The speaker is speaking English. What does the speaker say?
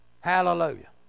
Hallelujah